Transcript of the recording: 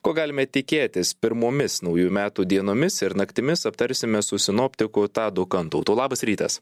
ko galime tikėtis pirmomis naujų metų dienomis ir naktimis aptarsime su sinoptiku tadu kantautu labas rytas